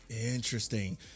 Interesting